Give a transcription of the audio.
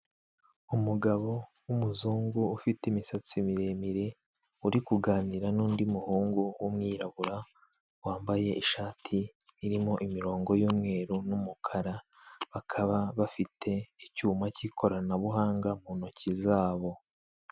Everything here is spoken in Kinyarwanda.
Umugabo w'umuzungu ufite imisatsi miremire, uri kuganira n'undi muhungu w'umwirabura wambaye ishati irimo imirongo y'umweru n'umukara, bakaba bafite icyuma cy'ikoranabuhanga mu ntoki zabo.